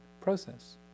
process